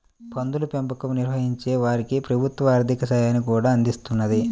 పందుల పెంపకం నిర్వహించే వారికి ప్రభుత్వం ఆర్ధిక సాయాన్ని కూడా అందిస్తున్నది